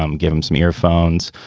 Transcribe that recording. um give him some earphones,